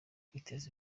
kwiteza